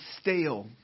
stale